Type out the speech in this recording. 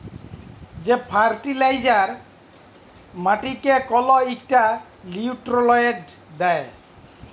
যে ফার্টিলাইজার মাটিকে কল ইকটা লিউট্রিয়েল্ট দ্যায়